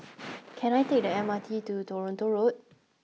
can I take the M R T to Toronto Road